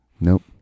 Nope